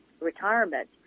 retirement